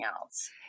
else